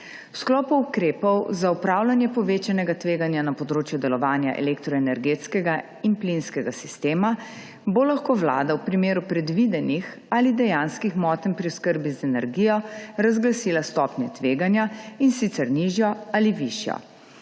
V sklopu ukrepov za upravljanje povečanega tveganja na področju delovanja elektroenergetskega in plinskega sistema bo lahko vlada v primeru predvidenih ali dejanskih motenj pri oskrbi z energijo razglasila stopnjo tveganja, in sicer nižjo ali višjo.